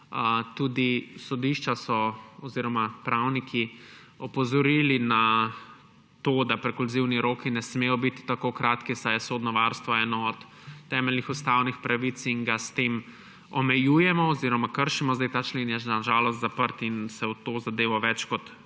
tudi sodišča oziroma pravniki opozorili na to, da prekluzivni roki ne smejo biti tako kratki, saj je sodno varstvo eno od temeljnih ustavnih pravic in ga s tem omejujemo oziroma kršimo. Zdaj je ta člen na žalost zaprt in se v to zadevo več kot toliko